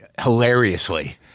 hilariously